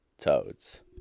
toads